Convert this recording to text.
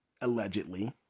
allegedly